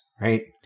right